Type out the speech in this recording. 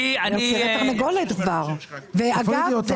אגב,